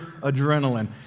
adrenaline